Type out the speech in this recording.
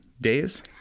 days